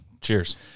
Cheers